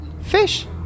fish